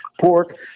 pork